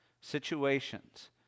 situations